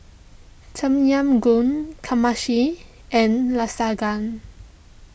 Tom Yam Goong and Lasagna